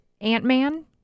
ant-man